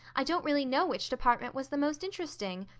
i don't really know which department was the most interesting.